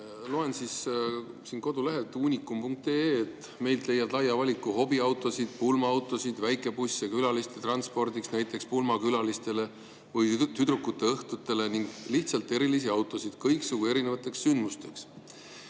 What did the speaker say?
vaja. Loen kodulehelt uunikum.ee, et neilt leiab laia valiku hobiautosid, pulmaautosid, väikebusse külaliste transpordiks, näiteks pulmakülalistele või tüdrukuteõhtule, ja lihtsalt erilisi autosid kõiksugu erinevateks sündmusteks.